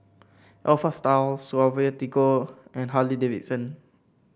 Alpha Style Suavecito and Harley Davidson